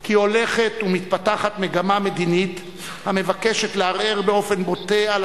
כי הולכת ומתפתחת מגמה מדינית המבקשת לערער באופן בוטה על